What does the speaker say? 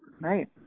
Right